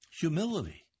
humility